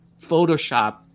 Photoshop